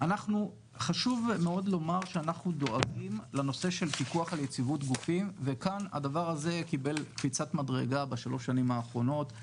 רוצים לבוא ולהפנות כספים לעולמות כמו